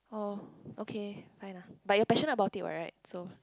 oh okay fine ah but you're passionte about it [right] so